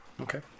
Okay